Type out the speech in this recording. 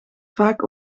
vaak